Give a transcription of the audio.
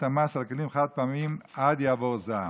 המס על כלים חד-פעמיים עד יעבור זעם.